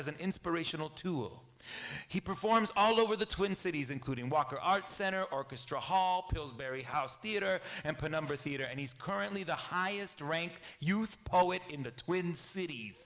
as an inspirational tool he performs all over the twin cities including walker arts center orchestra hall pillsbury house theater and put number theater and he's currently the highest ranked youth poet in the twin cities